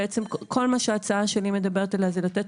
בעצם כל הצעה שאני מדברת עליה היא לתת